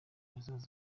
bazaba